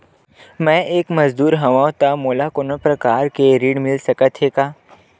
मैं एक मजदूर हंव त मोला कोनो प्रकार के ऋण मिल सकत हे का?